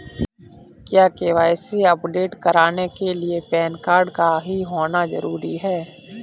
क्या KYC update कराने के लिए पैन कार्ड का ही होना जरूरी है?